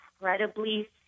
incredibly